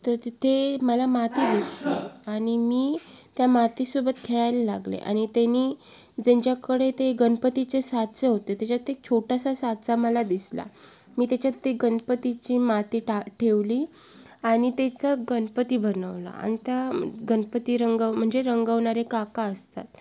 तर तिथे मला माती दिसली आणि मी त्या मातीसोबत खेळायला लागले आणि तेनी त्यांच्याकडे ते गणपतीचे साचे होते त्याच्यात एक छोटासा साचा मला दिसला मी त्याच्यात ते गनपतीची माती टा ठेवली आणि तेचा गणपती बनवला आणि त्या गनपती रंगव म्हणजे रंगवणारे काका असतात